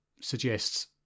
suggests